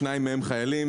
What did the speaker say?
שניים מהם חיילים,